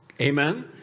Amen